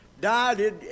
died